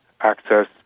access